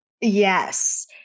Yes